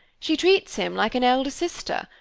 she treats him like an elder sister,